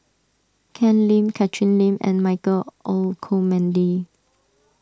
Ken Lim Catherine Lim and Michael Olcomendy